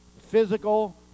physical